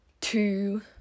two